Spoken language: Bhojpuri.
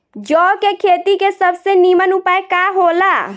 जौ के खेती के सबसे नीमन उपाय का हो ला?